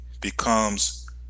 becomes